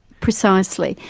precisely.